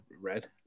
red